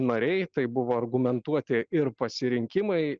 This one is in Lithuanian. nariai tai buvo argumentuoti ir pasirinkimai